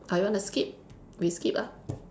or you want to skip we skip ah